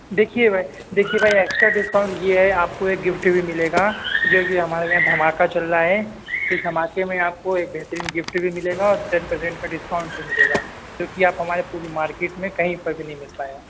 دیکھیے بھائی دیکھیے بھائی ایکسٹرا ڈسکاؤنٹ یہ ہے آپ کو ایک گفٹ بھی مِلے گا جو کہ ہمارے یہاں دھماکہ چل رہا ہے اِس دھماکے میں آپ کو ایک بہترین گفٹ بھی مِلے گا اور ٹین پرسینٹ کا ڈسکاؤنٹ بھی مِلے گا کیوں کہ آپ ہمارے پوری مارکیٹ میں کہیں پر بھی نہیں ملتا ہے